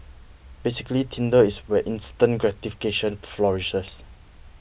basically tinder is where instant gratification flourishes